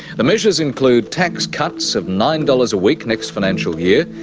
the measures include tax cuts of nine dollars a week next financial year,